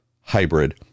hybrid